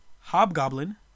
Hobgoblin